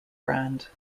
brand